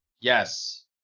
yes